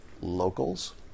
Locals